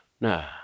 nah